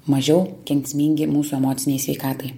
mažiau kenksmingi mūsų emocinei sveikatai